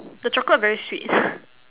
the chocolate very sweet